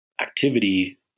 activity